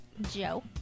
Joe